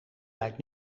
lijkt